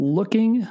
Looking